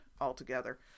altogether